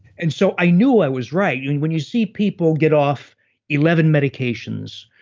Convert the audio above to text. and so i knew i was right, i mean when you see people get off eleven medications,